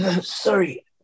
sorry